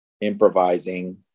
improvising